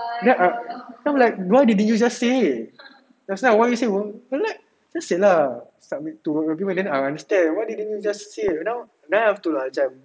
then I then I'm like why did you just say just now I want you say just say lah submit two then I understand why didn't you just say then I have to macam